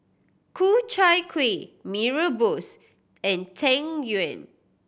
Ku Chai Kuih Mee Rebus and Tan Yuen